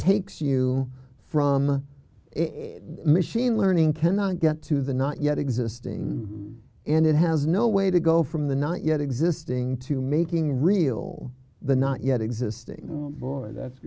takes you from machine learning cannot get to the not yet existing and it has no way to go from the not yet existing to making real the not yet existing board that